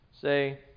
Say